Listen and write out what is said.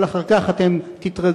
אבל אחר כך אתם תתרגלו,